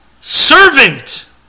servant